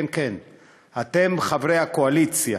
כן, כן, אתם, חברי הקואליציה,